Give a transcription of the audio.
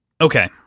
Okay